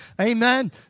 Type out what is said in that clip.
Amen